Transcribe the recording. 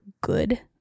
good